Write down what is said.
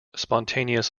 spontaneous